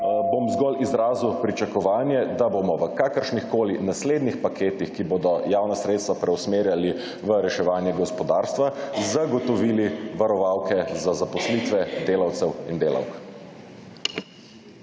bom zgolj izrazil pričakovanje, da bomo v kakršnikoli naslednjih paket, ki bodo javna sredstva preusmerjali v reševanje gospodarstva zagotovili varovalke za zaposlitve delavcev in delavk.